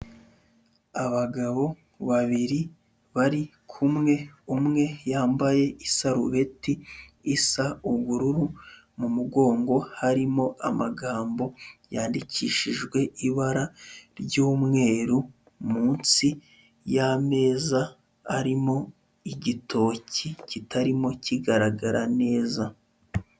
Abagabo babiri bari kumwe, umwe yambaye isarubeti isa ubururu, mu mugongo harimo amagambo yandikishijwe ibara ry'umweru, munsi y'ameza harimo igitoki kitarimo kigaragara neza.